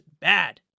bad